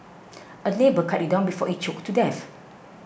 a neighbour cut it down before it choked to death